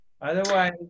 otherwise